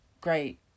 great